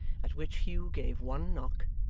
at which hugh gave one knock,